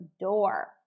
door